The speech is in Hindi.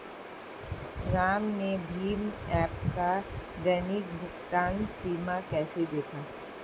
राम ने भीम ऐप का दैनिक भुगतान सीमा कैसे देखा?